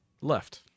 Left